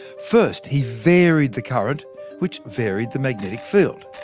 first, he varied the current which varied the magnetic field.